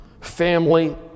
family